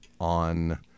on